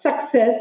success